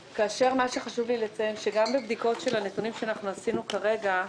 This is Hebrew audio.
חשוב לי לציין שגם בבדיקות של הנתונים שעשינו כרגע,